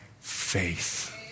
faith